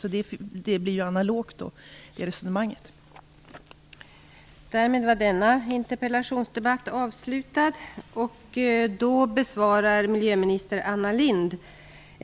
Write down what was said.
Därmed blir resonemanget analogt.